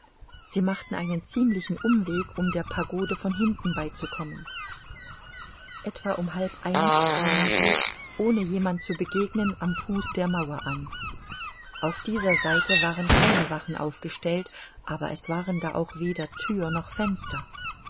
sie machten einen ziemlichen umweg um der pagode von hinten beizukommen etwa um halb eins kamen sie ohne jemand zu begegnen am fuß der mauer an auf dieser seite waren keine wachen aufgestellt aber es waren da auch weder thür noch fenster